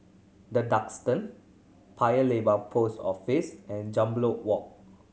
The Duxton Paya Lebar Post Office and Jambol Walk